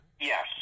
Yes